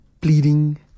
pleading